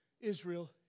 Israel